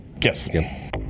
Yes